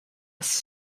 was